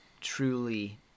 truly